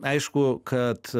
aišku kad